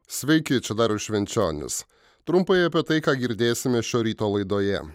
sveiki čia darius švenčionis trumpai apie tai ką girdėsime šio ryto laidoje